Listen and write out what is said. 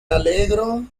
alegro